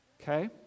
Okay